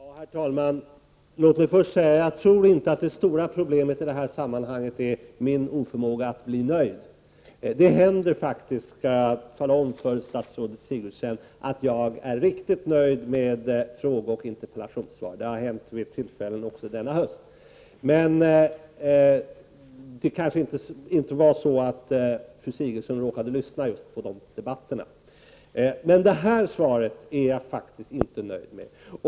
Herr talman! Låt mig först säga att jag inte tror att det stora problemet i detta sammanhang är min oförmåga att bli nöjd. Jag vill tala om för statsrådet Sigurdsen att det faktiskt händer att jag är riktigt nöjd med frågeoch interpellationssvar. Det har funnits sådana tillfällen också denna höst, men statsrådet Sigurdsen råkade kanske inte lyssna på dessa debatter. Det här svaret är jag faktiskt inte nöjd med.